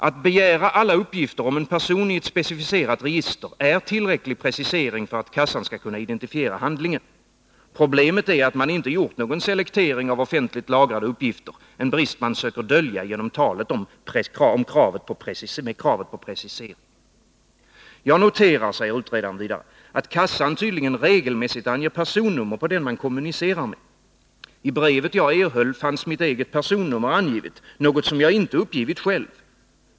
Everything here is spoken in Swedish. Att begära alla uppgifter om en person i ett specificerat register är tillräcklig precisering för att kassan skall kunna identifiera handlingen. Problemet är att man inte gjort någon selektering av offentligt lagrade uppgifter, en brist man försöker dölja genom talet om ”precisering”. Jag noterar, att kassan tydligen regelmässigt anger personnummer på den man kommunicerar med. I brevet jag erhöll fanns mitt eget personnummer angivet, något jag inte uppgivit själv.